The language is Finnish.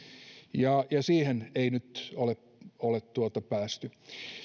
ja siihen ei nyt ole ole päästy